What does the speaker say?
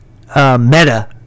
meta